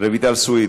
רויטל סויד,